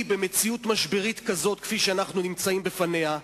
במציאות משברית כזאת שאנחנו נמצאים בפניה,